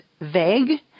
vague